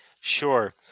Sure